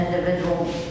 individual